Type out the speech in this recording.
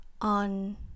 on